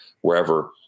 wherever